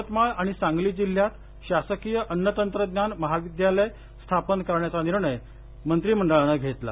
यवतमाळ आणि सांगली जिल्ह्यात शासकीय अन्न तंत्रज्ञानमहाविद्यालयं स्थापन करण्याचा निर्णय मंत्रिमंडळानं घेतला